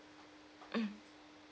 mm